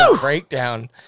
breakdown